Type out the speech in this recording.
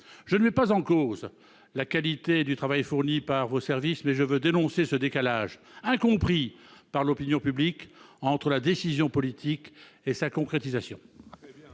Je ne mets pas en cause la qualité du travail fourni par vos services, mais je veux dénoncer ce décalage, incompris par l'opinion publique, entre la décision politique et sa concrétisation.